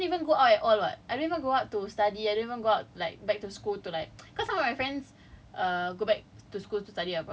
stay at home a lot and cause for me I don't even go out at all [what] I never go out to study I didn't even go out like back to school to like cause all my friends